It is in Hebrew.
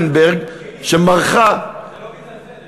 "מרחטנברג", שמרחה, חיליק, זה לא בגלל זה.